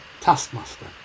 Taskmaster